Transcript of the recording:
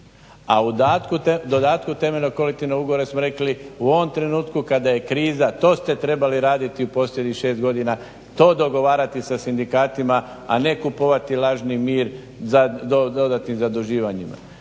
A u dodatku temeljenog kolektivnog ugovora smo rekli u ovom trenutku kada je kriza to ste trebali raditi u posljednjih 6 godina to dogovarati sa sindikatima, a ne kupovati lažni mir dodatnim zaduživanjima.